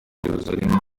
yeruzalemu